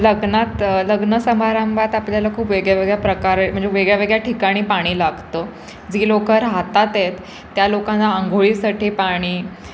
लग्नात लग्न समारंभात आपल्याला खूप वेगळ्यावेगळ्या प्रकारे म्हणजे वेगळ्यावेगळ्या ठिकाणी पाणी लागतं जी लोक राहत आहेत त्या लोकांना आंघोळीसाठी पाणी